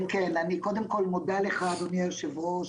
אני קודם כל מודה לך, אדוני היושב-ראש,